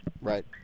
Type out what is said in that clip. right